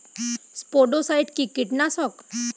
স্পোডোসাইট কি কীটনাশক?